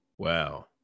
wow